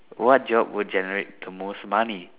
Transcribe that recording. what job would generate the most money